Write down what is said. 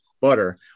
butter